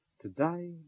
Today